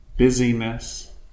busyness